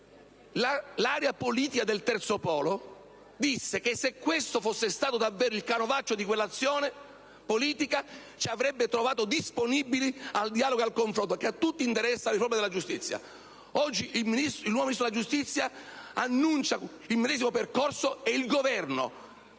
L'area politica del Terzo Polo disse che, se questo fosse stato davvero il canovaccio di quell'azione politica, ci avrebbe trovato disponibili al dialogo e al confronto, perché a tutti interessa il ruolo della giustizia. Oggi il nuovo Ministro della giustizia annuncia il medesimo percorso e il Governo